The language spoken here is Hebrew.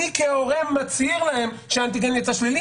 אני כהורה מצהיר להם שהאנטיגן יצא שלילי,